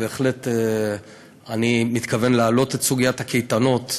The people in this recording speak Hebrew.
בהחלט אני מתכוון להעלות את סוגיית הקייטנות,